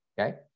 okay